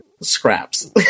scraps